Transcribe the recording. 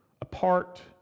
apart